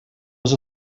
was